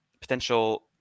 potential